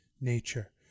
nature